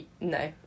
no